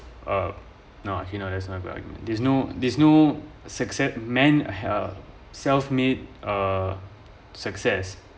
actually no uh that's not a good argument there's no there's no succe~ men uh self made success